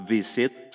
Visit